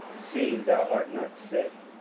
seeing thou art not sick?